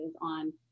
on